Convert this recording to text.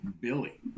Billy